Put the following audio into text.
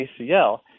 ACL